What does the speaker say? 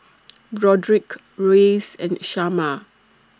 Broderick Reyes and Shamar